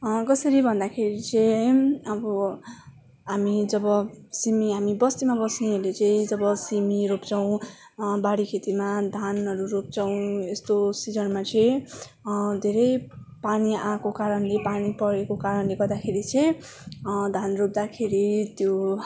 कसरी भन्दाखेरि चाहिँ अब हामी जब सिमी हामी बस्तीमा बस्नेहरूले चाहिँ जब सिमी रोप्छौँ बारी खेतीमा धानहरू रोप्छौँ यस्तो सिजनमा चाहिँ धेरै पानी आएको कारणले पानी परेको कारणले गर्दाखेरि चाहिँ धान रोप्दाखेरि त्यो